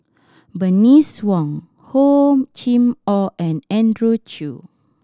Bernice Wong Hor Chim Or and Andrew Chew